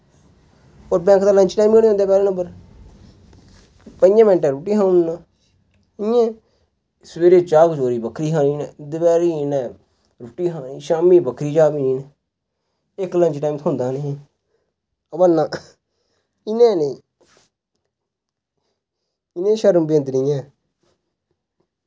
व आखदे lunch time होने होंदा पैह्लै नंबर पंजैं मैन्टैं रुट्टी खानी उनैं इयां सवेरे चाह् कज़ोरी बक्खरी खानी उनैं दपैह्रीं उनैं रुट्टी खानी शाम्मी बक्खरी चाह् पीनी इक लंच टाईम थ्होंदा उनें अवा ना इयां नेंई इनें शर्म बिंद नी ऐ